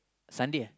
Sunday ah